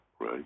right